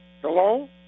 Hello